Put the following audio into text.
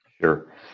Sure